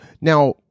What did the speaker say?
Now